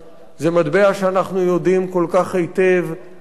זה מטבע שאנחנו יודעים היטב כל כך כמה